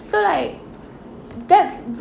so like that's